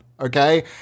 Okay